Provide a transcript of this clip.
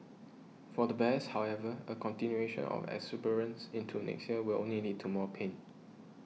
for the bears however a continuation of the exuberance into next year will only lead to more pain